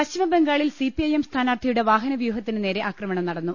പശ്ചിമബംഗാളിൽ സിപിഐഎം സ്ഥാനാർഥിയുടെ വാഹനവ്യൂഹത്തിന് നേരെ ആക്രമണം നടന്നു